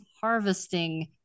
harvesting